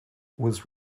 was